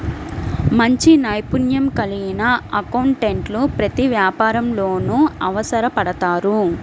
మంచి నైపుణ్యం కలిగిన అకౌంటెంట్లు ప్రతి వ్యాపారంలోనూ అవసరపడతారు